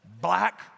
Black